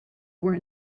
were